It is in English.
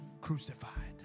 crucified